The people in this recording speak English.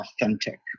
authentic